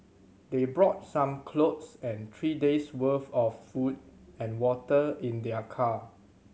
they brought some clothes and three days' worth of food and water in their car